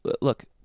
look